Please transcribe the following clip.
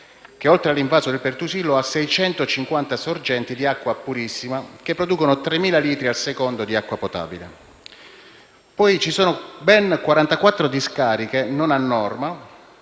che oltre all'invaso del Pertusillo, ha 650 sorgenti di acqua purissima che producono 3.000 litri al secondo di acqua potabile. Ci sono poi nel nostro Paese ben 44 discariche non a norma,